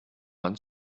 man